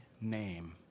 name